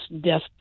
death